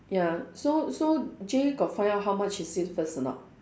ya so so Jay got find out how much is it first or not